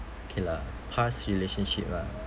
okay lah past relationship lah